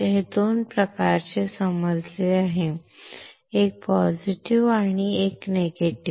हे दोन प्रकारचे समजले आहे एक पॉझिटिव्ह आणि एक निगेटिव्ह